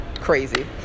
crazy